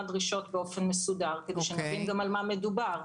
דרישות באופן מסודר כדי שנבין על מה מדובר.